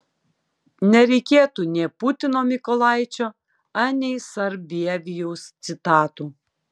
nereikėtų nė putino mykolaičio anei sarbievijaus citatų